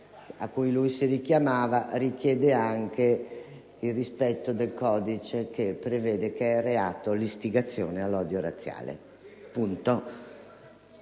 cui lui si richiamava, richiede anche il rispetto del codice, che prevede che l'istigazione all'odio razziale sia